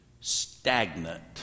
stagnant